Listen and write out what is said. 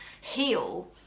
heal